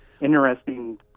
interesting